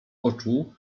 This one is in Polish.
oczu